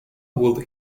would